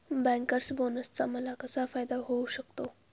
Bankers बोनसचा मला कसा फायदा होऊ शकतो?